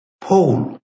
Paul